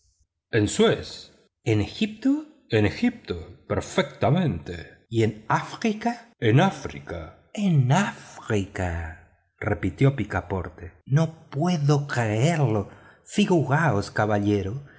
suez en egipto en egipto perfectamente y en áfrica en áfrica en áfrica repitió picaporte no puedo creerlo figuraos caballero